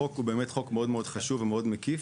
החוק הוא חוק מאוד חשוב ומקיף,